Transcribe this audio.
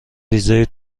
ویزای